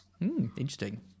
interesting